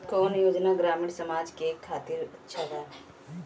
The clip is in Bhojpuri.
कौन योजना ग्रामीण समाज के खातिर अच्छा बा?